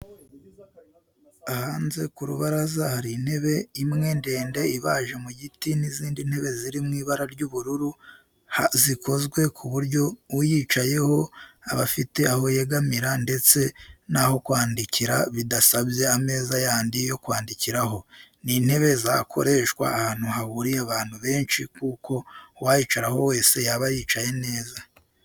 Hanze ku rubaraza hari intebe imwe ndende ibaje mu giti n'izinde ntebe ziri mu ibara ry'ubururu zikozwe ku buryo uyicayeho aba afite aho yegamira ndetse n'aho kwandikira bidasabye ameza yandi yo kwandikiraho. Ni intebe zakoreshwa ahantu hahuriye abantu benshi kuko uwayicaraho wese yaba yicaye neza